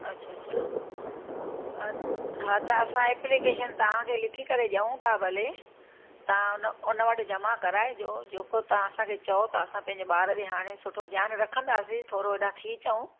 अच्छा अच्छा अ हा त असां एप्लीकेशन तव्हांखे लिखी करे ॾियूं था भले तव्हां उन उन वटि जमा कराइजो जेको तव्हां असांखे चओ था असां पंहिंजे ॿार ॾे हाणे सुठो ध्यानु रखंदासी थोरो हेॾां थी अचूं